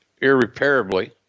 irreparably